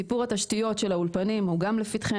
סיפור התשתיות של האולפנים הוא גם לפתחנו,